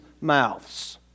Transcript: mouths